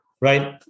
right